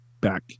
back